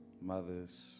mothers